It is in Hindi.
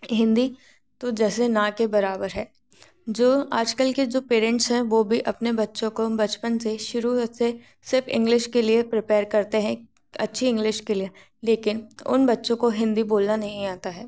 हिन्दी तो जैसे न के बराबर है जो आज कल के जो पेरेंट्स हैं वह भी अपने बच्चों को बचपन से शुरुवात से सिफ़ इंग्लिश के लिए प्रीपेयर करते हैं अच्छी इंग्लिश के लिए लेकिन उन बच्चों को हिन्दी बोलना नहीं आता है